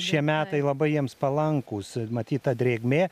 šie metai labai jiems palankūs matyt ta drėgmė